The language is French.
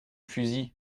fusil